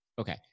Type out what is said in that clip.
okay